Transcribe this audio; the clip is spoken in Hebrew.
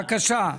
בבקשה,